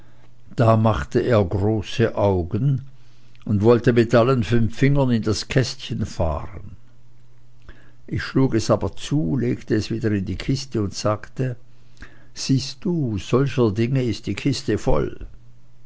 da machte er große augen und wollte mit allen fünf fingern in das kästchen fahren ich schlug es aber zu legte es wieder in die kiste und sagte siehst du solcher dinge ist die kiste voll